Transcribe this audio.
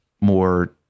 more